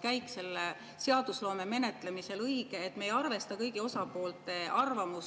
käik [eelnõu] menetlemisel õige, et me ei arvesta kõigi osapoolte arvamust